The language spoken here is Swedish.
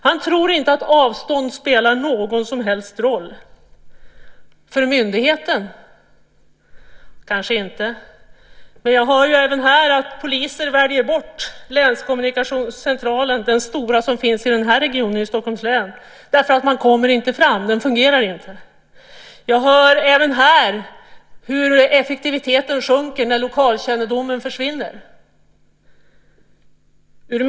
Han tror inte att avstånd spelar någon som helst roll. Kanske inte för myndigheten, men jag hör ju att poliser väljer bort den stora länskommunikationscentralen som finns i den här regionen, i Stockholms län, eftersom man inte kommer fram. Den fungerar inte. Jag hör om hur effektiviteten minskar när lokalkännedomen försvinner.